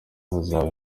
hazaba